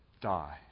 die